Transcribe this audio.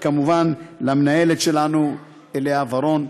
וכמובן למנהלת שלנו לאה ורון.